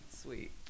sweet